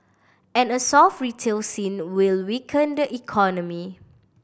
and a soft retail scene will weaken the economy